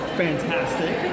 fantastic